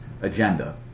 agenda